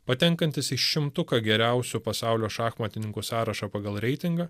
patenkantis į šimtuką geriausių pasaulio šachmatininkų sąrašą pagal reitingą